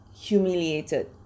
humiliated